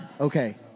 Okay